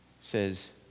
says